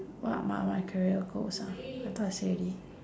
what about my careers goals ah I thought I say already